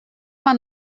uma